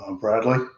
bradley